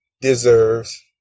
deserves